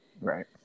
Right